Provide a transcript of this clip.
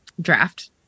draft